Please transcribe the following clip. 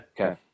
Okay